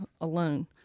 alone